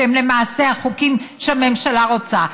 שהם למעשה החוקים שהממשלה רוצה.